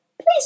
Please